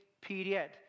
period